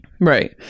Right